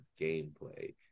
gameplay